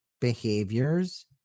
behaviors